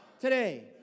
today